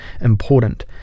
important